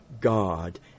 God